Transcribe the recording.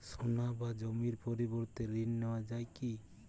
সোনা বা জমির পরিবর্তে ঋণ নেওয়া যায় কী?